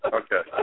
okay